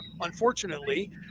Unfortunately